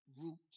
Roots